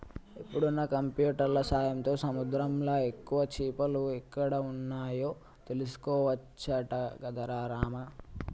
ఇప్పుడున్న కంప్యూటర్ల సాయంతో సముద్రంలా ఎక్కువ చేపలు ఎక్కడ వున్నాయో తెలుసుకోవచ్చట గదరా రామా